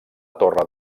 torre